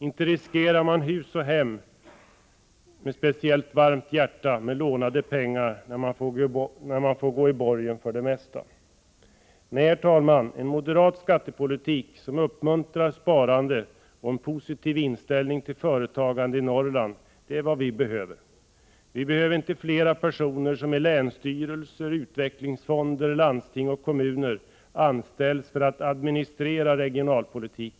Inte riskerar man med speciellt varmt hjärta hus och hem och lånar pengar, när man får gå i borgen för det mesta. Nej, herr talman, en moderat skattepolitik, som uppmuntrar sparande och en positiv inställning till företagande i Norrland, det är vad vi behöver. Vi behöver inte flera personer som i länsstyrelser och utvecklingsfonder, landsting och kommuner anställs för att administrera regionalpolitik.